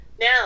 Now